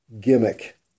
gimmick